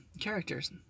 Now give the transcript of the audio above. Characters